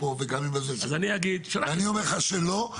ואני אומר לך שלא,